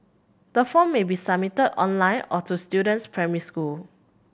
the form may be submitted online or to the student's primary school